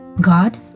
God